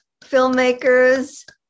filmmakers